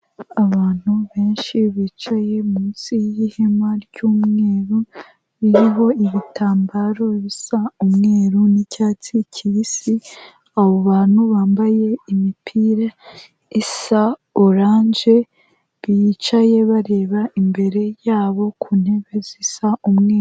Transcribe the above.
Abantu benshi bicaye munsi y'ihema ry'umweru, ririho ibitambaro bisa umweru n'icyatsi kibisi, abo bantu bambaye imipira isa oranje, bicaye bareba imbere yabo ku ntebe zisa umweru.